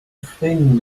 thing